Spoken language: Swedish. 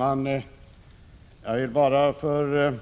Herr talman! Inför